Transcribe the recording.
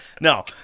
No